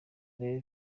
urebe